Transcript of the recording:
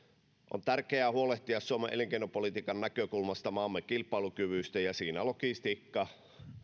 on tärkeää huolehtia suomen elinkeinopolitiikan näkökulmasta maamme kilpailukyvystä ja siinä logistiikka